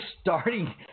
starting –